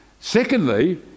Secondly